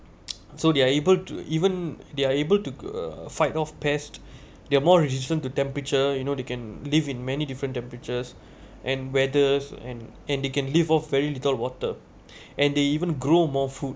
so they're able to even they are able to uh fight off pest they are more resistance to temperature you know they can live in many different temperatures and weathers and and they can live off very little of water and they even grow more food